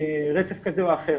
רצף כזה או אחר,